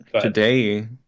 Today